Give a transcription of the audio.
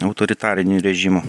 autoritariniu režimu